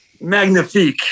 Magnifique